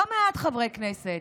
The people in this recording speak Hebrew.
לא מעט חברי כנסת,